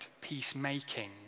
peacemaking